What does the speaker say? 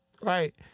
right